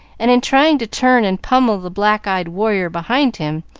and in trying to turn and pummel the black-eyed warrior behind him,